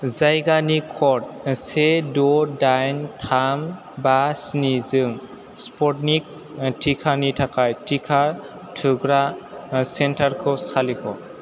जायगानि कड से द' डाइन थाम बा स्नि जों स्पटनि टिकानि थाखाय टिका थुग्रा सेन्टारखौ सालिख'